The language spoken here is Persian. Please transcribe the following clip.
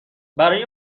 برای